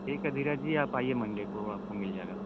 ठीक है धीरज जी आप आइए मंडे को आपको मिल जाएगा